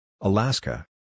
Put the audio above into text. Alaska